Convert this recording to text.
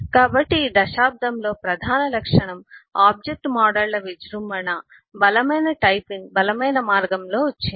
కాబట్టి ఈ దశాబ్దంలో ప్రధాన లక్షణం ఆబ్జెక్ట్ మోడళ్ల విజృంభణ బలమైన టైపింగ్ బలమైన మార్గంలో వచ్చింది